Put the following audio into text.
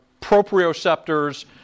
proprioceptors